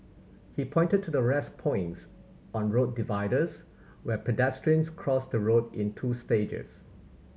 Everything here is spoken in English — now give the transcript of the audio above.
he pointed to the rest points on road dividers where pedestrians cross the road in two stages